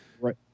Right